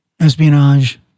espionage